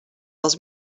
dels